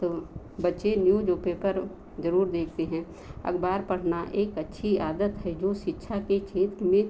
तो बच्चे newspaper ज़रूर देखते हैं अखबार पढ़ना एक अच्छी आदत है जो शिक्षा के क्षेत्र में